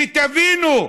ותבינו,